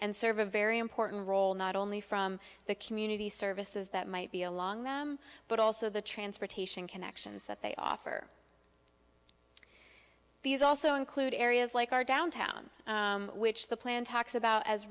and serve a very important role not only from the community services that might be along them but also the transportation connections that they offer these also include areas like our downtown which the plan talks about as